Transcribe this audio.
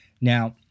Now